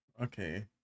okay